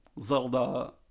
Zelda